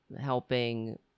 helping